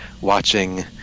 watching